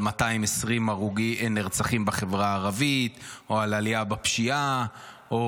220 נרצחים בחברה הערבית או על עלייה בפשיעה או,